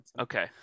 okay